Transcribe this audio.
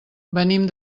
venim